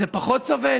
פחות צובט,